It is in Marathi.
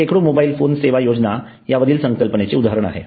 शेकडो मोबाईल फोन सेवा योजना ह्या वरील संकल्पनेचे उदाहरण आहेत